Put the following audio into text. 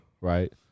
right